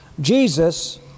Jesus